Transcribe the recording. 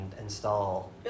install